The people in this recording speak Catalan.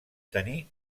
tenir